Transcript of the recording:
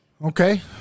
Okay